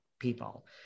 people